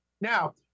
Now